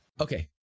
Okay